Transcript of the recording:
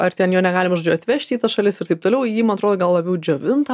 ar ten jo negalima žodžiu atvežti į tas šalis ir taip toliau jį man atrodo gal labiau džiovintą